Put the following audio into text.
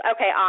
Okay